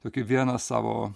tokį vieną savo